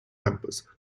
numbers